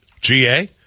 GA